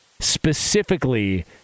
Specifically